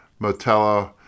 Motella